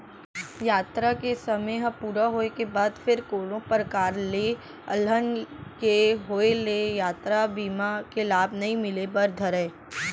यातरा के समे ह पूरा होय के बाद फेर कोनो परकार ले अलहन के होय ले यातरा बीमा के लाभ नइ मिले बर धरय